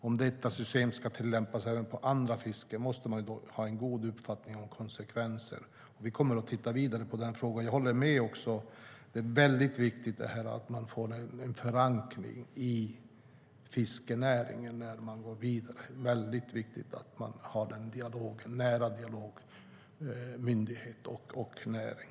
Om detta system ska tillämpas även på annat fiske måste man ha en god uppfattning om konsekvenserna. Vi kommer att titta vidare på frågan. Jag håller med om att det är viktigt att man får en förankring i fiskenäringen när man går vidare. Det är viktigt med en nära dialog mellan myndighet och näring.